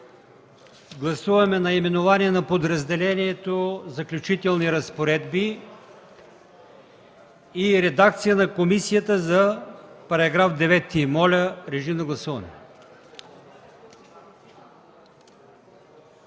Гласуваме наименованието на подразделението „Заключителни разпоредби” и редакцията на комисията за § 9. Моля, режим на гласуване.